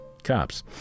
cops